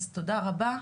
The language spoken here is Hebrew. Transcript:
אז תודה רבה.